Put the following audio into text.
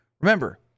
Remember